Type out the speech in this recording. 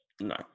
No